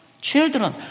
children